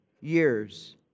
years